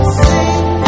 sing